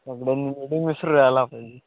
सगळ्यांनी मिळून मिसळून राहायला पाहिजे